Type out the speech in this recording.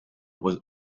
was